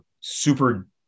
super